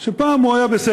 של מה שפעם היה בסדר?